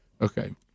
okay